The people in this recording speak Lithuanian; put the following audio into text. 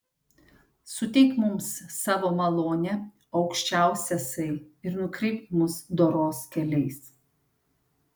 suteik mums savo malonę o aukščiausiasai ir nukreipk mus doros keliais